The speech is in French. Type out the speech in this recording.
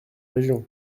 régions